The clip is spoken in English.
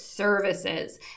Services